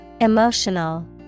Emotional